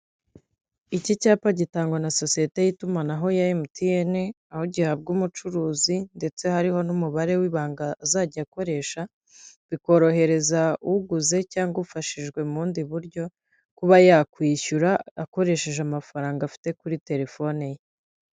Iki cyapa gitangwa na sosiyete y'itumanaho ya MTN, aho gihabwa umucuruzi ndetse hariho n'umubare w'ibanga azajya akoresha, bikorohereza uguze cyangwa ufashijwe mu bundi buryo kuba yakwishyura akoresheje amafaranga afite kuri terefone ye.